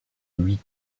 huit